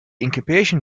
incubation